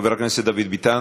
חבר הכנסת דוד ביטן,